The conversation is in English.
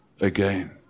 again